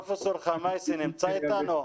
פרופ' מוריר ח'מאייסי נמצא איתנו?